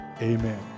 amen